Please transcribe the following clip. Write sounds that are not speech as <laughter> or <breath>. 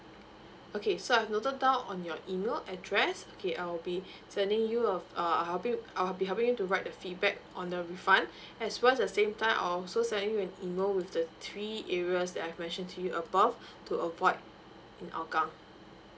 okay so I've noted down on your email address okay I'll be sending you uh uh I'll be I'll be to write the feedback on the refund <breath> as well as the same time I'll also send you an email with the three areas that I've mentioned to you above to avoid in hougang